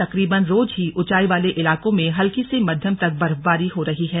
तकरीबन रोज ही ऊंचाई वाले इलाकों में हल्की से मध्यम तक बर्फबारी हो रही है